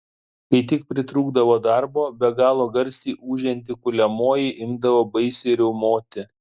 kai tik pritrūkdavo darbo be galo garsiai ūžianti kuliamoji imdavo baisiai riaumoti